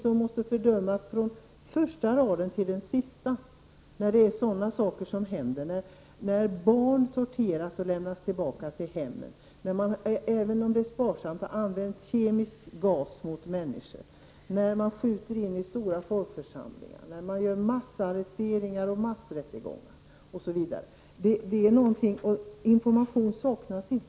Det måste fördömas från den första raden till den sista när barn torteras innan de lämnas tillbaka till hemmen, när man — även om det inte är så vanligt — använder kemisk gas mot människor, när man skjuter mot stora folkförsamlingar, när man gör massarresteringar och genomför massrättegångar osv. Information saknas inte.